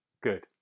Good